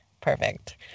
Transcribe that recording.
perfect